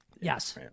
Yes